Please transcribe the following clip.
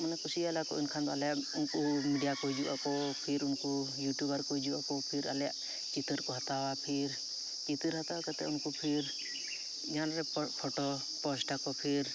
ᱢᱟᱱᱮ ᱠᱩᱥᱤᱭᱟᱞᱮᱭᱟᱠᱚ ᱮᱱᱠᱷᱟᱱᱫᱚ ᱟᱞᱮ ᱩᱱᱠᱚ ᱢᱤᱰᱤᱭᱟᱠᱚ ᱦᱤᱡᱩᱜ ᱟᱠᱚ ᱯᱷᱤᱨ ᱩᱱᱠᱩ ᱤᱭᱩᱴᱩᱵᱟᱨᱠᱚ ᱦᱤᱩᱡᱩᱜ ᱟᱠᱚ ᱯᱷᱤᱨ ᱟᱞᱮᱭᱟᱜ ᱪᱤᱛᱟᱹᱨᱠᱚ ᱦᱟᱛᱟᱣᱟ ᱯᱷᱤᱨ ᱪᱤᱛᱟᱹᱨ ᱦᱟᱛᱟᱣ ᱠᱟᱛᱮᱫ ᱩᱱᱠᱩ ᱯᱷᱤᱨ ᱯᱷᱳᱴᱚ ᱯᱳᱥᱴᱟᱠᱚ ᱯᱷᱤᱨ